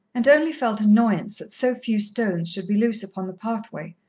and only felt annoyance that so few stones should be loose upon the pathway,